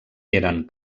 eren